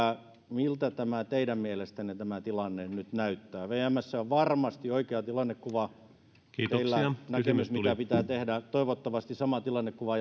miltä tämä tilanne teidän mielestänne nyt näyttää vmssä on varmasti oikea tilannekuva ja teillä näkemys mitä pitää tehdä toivottavasti sama tilannekuva